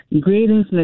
Greetings